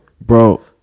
Bro